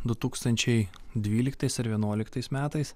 du tūkstančiai dvyliktais ar vienuoliktais metais